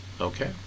Okay